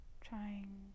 trying